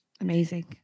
Amazing